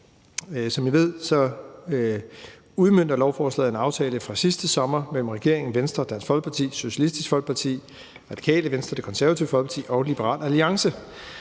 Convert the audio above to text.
Som I ved, udmønter lovforslaget en aftale fra sidste sommer mellem regeringen, Venstre, Dansk Folkeparti, Socialistisk Folkeparti, Radikale Venstre, Det Konservative Folkeparti og Liberal Alliance